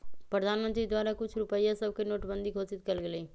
प्रधानमंत्री द्वारा कुछ रुपइया सभके नोटबन्दि घोषित कएल गेलइ